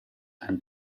and